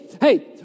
Hey